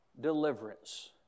deliverance